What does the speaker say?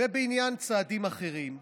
ובעניין צעדים אחרים,